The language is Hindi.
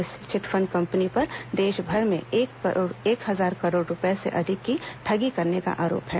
इस चिटफंड कंपनी पर देशभर में एक हजार करोड़ रुपए से अधिक की ठगी करने का आरोप है